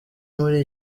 muri